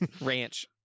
Ranch